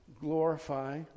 glorify